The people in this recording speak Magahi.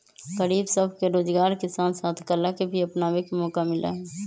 गरीब सब के रोजगार के साथ साथ कला के भी अपनावे के मौका मिला हई